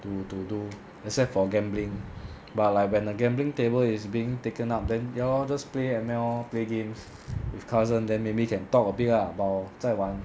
to to do except for gambling but like when the gambling table is being taken up then ya lor just play M_L lor play games with cousin then maybe you can talk a bit ah while 在玩